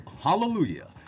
Hallelujah